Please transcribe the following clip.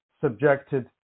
subjected